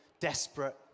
desperate